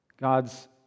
God's